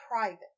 private